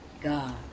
God